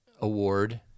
Award